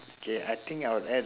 okay I think I will add